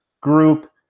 group